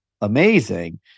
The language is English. amazing